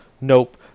nope